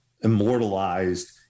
immortalized